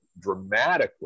dramatically